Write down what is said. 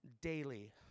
daily